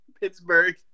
Pittsburgh